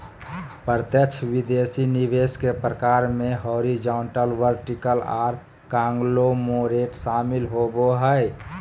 प्रत्यक्ष विदेशी निवेश के प्रकार मे हॉरिजॉन्टल, वर्टिकल आर कांगलोमोरेट शामिल होबो हय